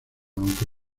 aunque